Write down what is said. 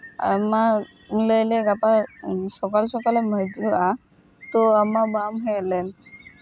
ᱟᱢ ᱢᱟᱢ ᱞᱟᱹᱭ ᱞᱮᱫ ᱜᱟᱯᱟ ᱥᱚᱠᱟᱞ ᱥᱚᱠᱟᱞ ᱮᱢ ᱦᱤᱡᱩᱜᱼᱟ ᱛᱳ ᱟᱢ ᱢᱟ ᱵᱟᱢ ᱦᱮᱡ ᱞᱮᱱ